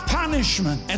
punishment